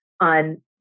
on